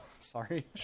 Sorry